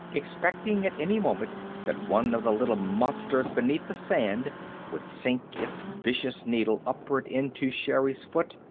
expecting at any moment that one of the little monsters beneath the sand would sink its vicious needle upward into sherri's foot.